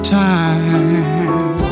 time